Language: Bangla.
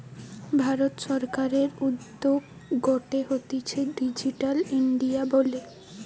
ভারত সরকারের উদ্যোগ গটে হতিছে ডিজিটাল ইন্ডিয়া বলে